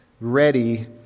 ready